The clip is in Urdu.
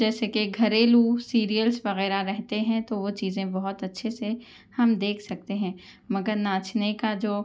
جیسےکہ گھریلو سریلس وغیرہ رہتے ہیں تو وہ چیزیں بہت اچّھے سے ہم دیکھ سکتے ہیں مگر ناچنے کا جو